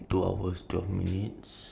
I lost track in time already